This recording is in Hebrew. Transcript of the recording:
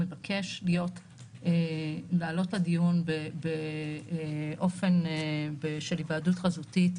מבקש לעלות לדיון באופן של היוועדות חזותית,